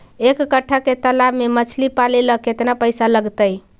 एक कट्ठा के तालाब में मछली पाले ल केतना पैसा लगतै?